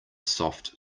soft